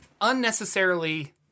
unnecessarily